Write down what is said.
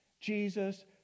Jesus